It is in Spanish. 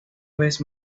vez